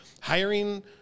hiring